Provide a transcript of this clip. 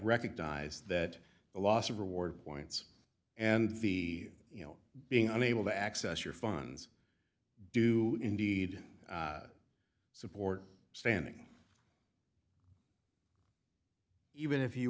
recognized that the loss of reward points and the you know being unable to access your funds do indeed support standing even if you